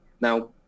Now